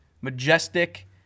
majestic